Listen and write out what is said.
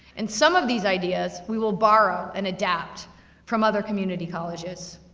and some of these ideas, we will borrow, and adapt from other community colleges.